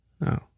No